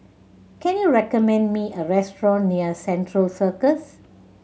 can you recommend me a restaurant near Central Circus